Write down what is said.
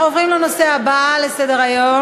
אנחנו עוברים לנושא הבא לסדר-היום: